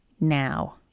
Now